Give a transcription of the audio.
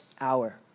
hour